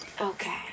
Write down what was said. Okay